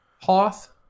Hoth